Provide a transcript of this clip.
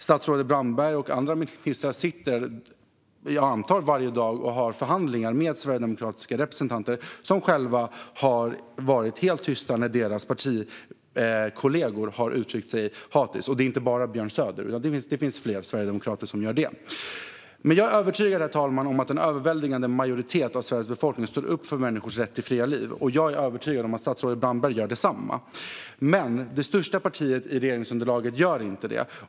Statsrådet Brandberg och andra ministrar sitter varje dag, antar jag, och har förhandlingar med sverigedemokratiska representanter som själva har varit helt tysta när deras partikollegor har uttryckt sig hatiskt. Och det är inte bara Björn Söder, utan det finns fler sverigedemokrater som gör det. Herr talman! Jag är övertygad om att en överväldigande majoritet av den svenska befolkningen står upp för människors rätt till fria liv. Och jag är övertygad om att statsrådet Brandberg gör detsamma, men det största partiet i regeringsunderlaget gör inte det.